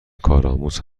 کارآموز